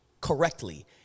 correctly